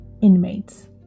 inmates